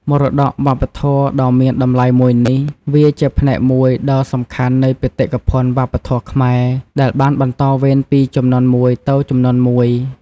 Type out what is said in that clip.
មរតកវប្បធម៌ដ៏មានតម្លៃមួយនេះ វាជាផ្នែកមួយដ៏សំខាន់នៃបេតិកភណ្ឌវប្បធម៌ខ្មែរ ដែលបានបន្តវេនពីជំនាន់មួយទៅជំនាន់មួយ។